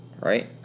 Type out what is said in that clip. Right